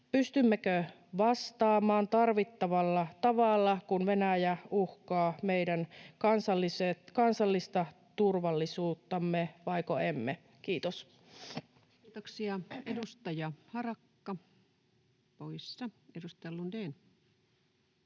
pystymmekö vastaamaan tarvittavalla tavalla, kun Venäjä uhkaa meidän kansallista turvallisuuttamme, vaiko emme. — Kiitos. [Speech 188] Speaker: Ensimmäinen